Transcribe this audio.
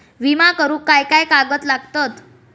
विमा करुक काय काय कागद लागतत?